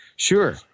Sure